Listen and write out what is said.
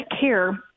care